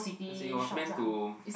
as in it was meant to